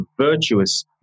virtuous